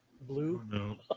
Blue